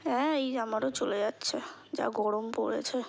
হ্যাঁ এই আমারও চলে যাচ্ছে যা গরম পড়েছে